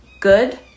good